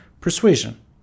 persuasion